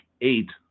eight